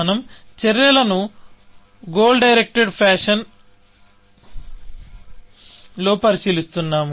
మనం చర్యలను goal directed fashion లో పరిశీలిస్తున్నాము